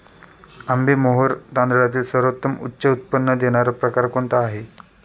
आंबेमोहोर तांदळातील सर्वोत्तम उच्च उत्पन्न देणारा प्रकार कोणता आहे?